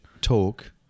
talk